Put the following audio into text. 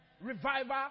Revival